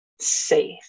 safe